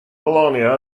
bologna